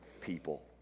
people